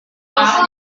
bahasa